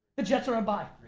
the jets are on bi.